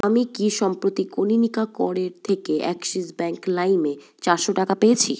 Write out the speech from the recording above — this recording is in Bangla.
আমি কি সম্প্রতি কনীনিকা করের থেকে অ্যাক্সিস ব্যাঙ্ক লাইমে চারশো টাকা পেয়েছি